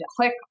click